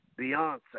Beyonce